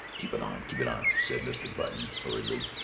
keep it on! keep it on! said mr. button hurriedly.